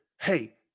hey